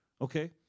okay